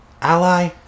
Ally